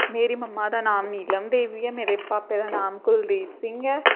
मेरी मम्मा दा नांऽ नीलम देवी ऐ मेरे भापे दा नांऽ कुलदीप सिंह ऐ